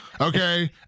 Okay